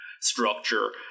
structure